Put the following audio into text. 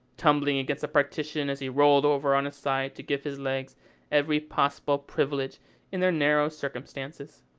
tumbling against the partition as he rolled over on his side to give his legs every possible privilege in their narrow circumstances.